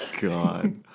God